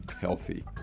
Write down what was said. healthy